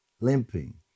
limping